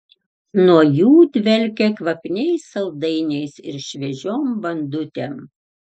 nuo jų dvelkė kvapniais saldainiais ir šviežiom bandutėm